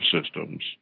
systems